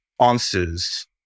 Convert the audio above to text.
answers